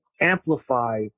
amplify